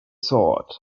sword